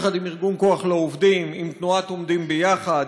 יחד עם ארגון כוח לעובדים, עם תנועת עומדים ביחד,